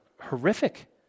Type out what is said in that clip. horrific